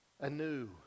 anew